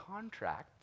contracts